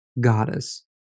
goddess